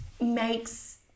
makes